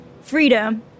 freedom